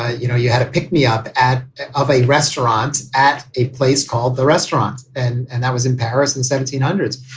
ah you know, you had to pick me up at a restaurant at a place called the restaurant. and and that was in paris in seventeen hundreds.